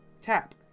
tap